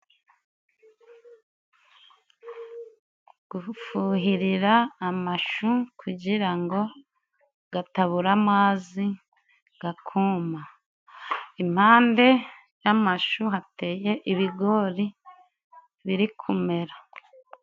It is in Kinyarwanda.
Gufuhirira amashu kugira ngo gatabura amazi gakuma. Impande y'amashu hateye ibigori birikumera.